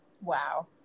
Wow